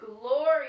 glory